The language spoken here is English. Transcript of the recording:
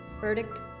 verdict